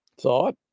thought